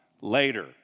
later